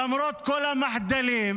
למרות כל המחדלים,